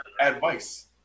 Advice